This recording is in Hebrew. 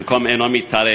במקום אינו מתערב,